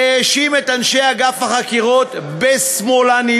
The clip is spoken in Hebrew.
והאשים את אנשי אגף החקירות בשמאלנות,